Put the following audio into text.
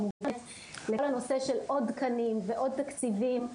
כמובן לגמרי מתחברת לכל הנושא של עוד תקנים ועוד תקציבים,